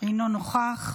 אינו נוכח,